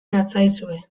natzaizue